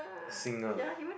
singer